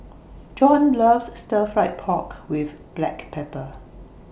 Jon loves Stir Fried Pork with Black Pepper